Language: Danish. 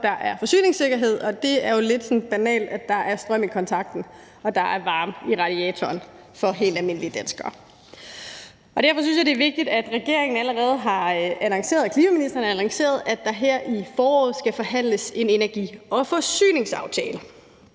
der er forsyningssikkerhed, og det er jo lidt sådan banalt, nemlig at der er strøm i kontakten, og at der er varme i radiatoren for helt almindelige danskere. Derfor synes jeg, det er vigtigt, at klimaministeren allerede har annonceret, at der her i foråret skal forhandles en energi- og forsyningsaftale,